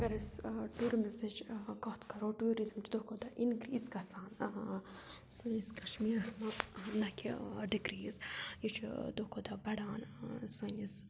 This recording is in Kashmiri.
اگر أسۍ ٹوٗرمِزٕچ کَتھ کَرو ٹوٗرِزٕم چھِ دۄہ کھۄتہٕ دۄہ اِنکرٛیٖز گَژھان سٲنِس کَشمیٖرَس مَنٛز نہ کہِ ڈِکرٛیٖز یہِ چھُ دۄہ کھۄ دۄہ بَڑان سٲنِس